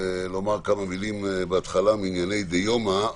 הייתי רוצה לומר כמה מילים בהתחלה בענייני דיומא.